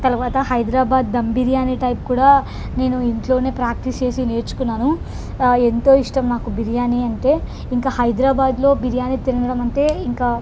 తర్వత Hyderabad dum biryani type కూడా నేను ఇంట్లో ప్రాక్టీస్ చేసి నేర్చుకున్నాను ఎంతో ఇష్టం నాకు బిర్యానీ అంటే ఇంకా హైదరాబాద్లో బిర్యానీ తినడం అంటే ఇంకా